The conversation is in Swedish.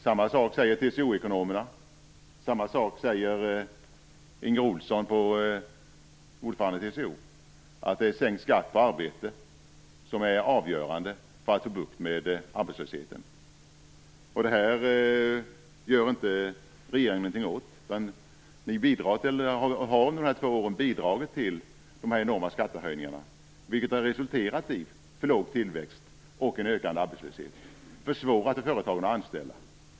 TCO-ekonomerna och ordföranden i TCO, Inger Ohlsson, säger att det är sänkt skatt på arbete som är avgörande för att få bukt med arbetslösheten. Det här gör inte regeringen någonting åt. Ni har under dessa två år bidragit till de enorma skattehöjningarna, vilket har resulterat i för låg tillväxt och en ökande arbetslöshet samt försvårat för företagen att anställa.